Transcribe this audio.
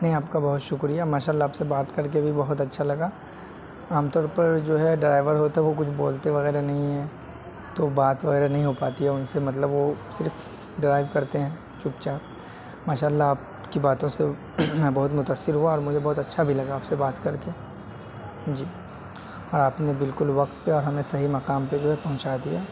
نہیں آپ کا بہت شکریہ ماشاء اللہ آپ سے بات کر کے بھی بہت اچھا لگا عام طور پر جو ہے ڈرائیور ہوتے وہ کچھ بولتے وغیرہ نہیں ہیں تو بات وغیرہ نہیں ہو پاتی ہے ان سے مطلب وہ صرف ڈرائیو کرتے ہیں چپ چاپ ماشاء اللہ آپ کی باتوں سے میں بہت متأثر ہوا اور مجھے بہت اچھا بھی لگا آپ سے بات کر کے جی آپ نے بالکل وقت پہ اور ہمیں صحیح مقام جو ہے پہنچا دیا